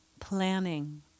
Planning